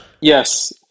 Yes